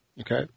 Okay